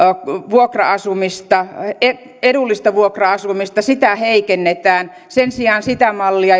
todella tuottaa edullista vuokra asumista heikennetään ja sen sijaan sitä mallia jota tässä nyt esitetään